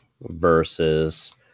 versus